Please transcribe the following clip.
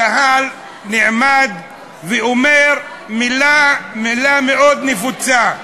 הקהל נעמד ואומר מילה מאוד נפוצה,